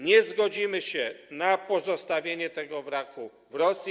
Nie zgodzimy się na pozostawienie tego wraku w Rosji.